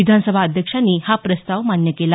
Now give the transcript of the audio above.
विधानसभा अध्यक्षांनी हा प्रस्ताव मान्य केला